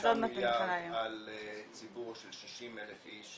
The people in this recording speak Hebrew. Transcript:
אז עוד מעט --- חמישה מיליארד על ציבור של 60,000 איש.